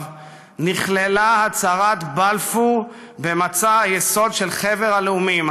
נכללה הצהרת בלפור במצע היסוד של חבר הלאומים,